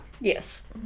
Yes